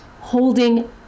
holding